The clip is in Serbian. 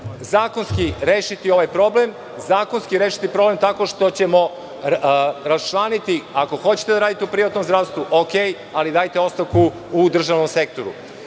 Zakonski rešiti ovaj problem. Zakonski rešiti problem tako što ćemo rasčlaniti, ako hoćete da radite u privatnom zdravstvu dobro, ali dajte ostavku u državnom sektoru.